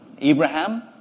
Abraham